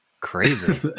Crazy